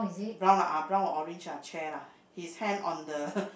brown ah brown or orange ah chair lah his hand on the